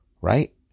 right